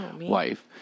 wife